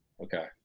Okay